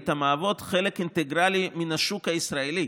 המהוות חלק אינטגרלי מן השוק הישראלי.